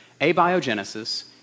Abiogenesis